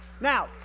Now